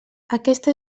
aquesta